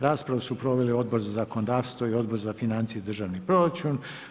Raspravu su proveli Odbor za zakonodavstvo i Odbor za financije i državni proračun.